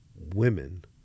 women